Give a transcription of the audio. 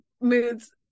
moods